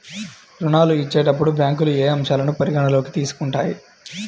ఋణాలు ఇచ్చేటప్పుడు బ్యాంకులు ఏ అంశాలను పరిగణలోకి తీసుకుంటాయి?